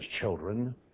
children